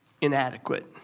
inadequate